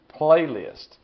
playlist